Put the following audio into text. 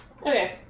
Okay